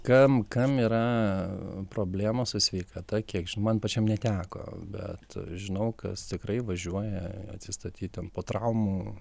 kam kam yra problemos su sveikata kiek ži man pačiam neteko bet žinau kas tikrai važiuoja atsistatyt ten po traumų